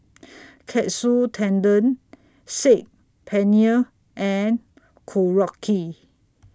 Katsu Tendon Saag Paneer and Korokke